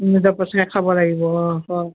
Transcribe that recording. নিজৰ পইচাকে খাব লাগিব অঁ অঁ